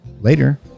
later